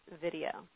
video